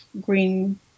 green